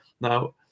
Now